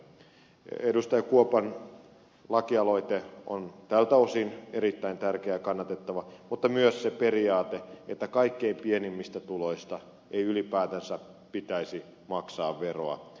kuopan lakialoite on tältä osin erittäin tärkeä ja kannatettava mutta myös se periaate että kaikkein pienimmistä tuloista ei ylipäätänsä pitäisi maksaa veroa